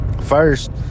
first